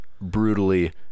brutally